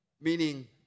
Meaning